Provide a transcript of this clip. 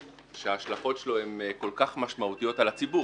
שההשלכות שלו הן כל כך משמעותיות על הציבור,